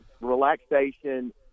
relaxation